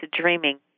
dreaming